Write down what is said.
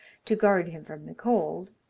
to guard him from the cold,